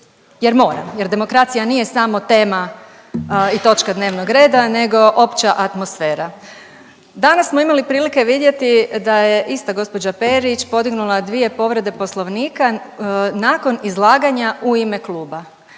jer moram, jer demokracija nije samo tema i točka dnevnog reda, nego opća atmosfera. Danas smo imali prilike vidjeti da je ista gospođa Perić podignula dvije povrede Poslovnika nakon izlaganja u ime kluba,